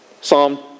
Psalm